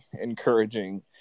encouraging